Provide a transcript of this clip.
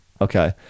Okay